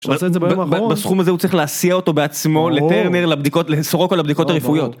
בסכום הזה הוא צריך להסיע אותו בעצמו, לטרנר, לבדיקות, לסרוק על הבדיקות הרפואיות.